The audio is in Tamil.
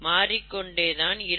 மாறிக்கொண்டே தான் இருக்கும்